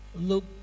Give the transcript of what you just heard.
look